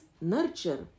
nurture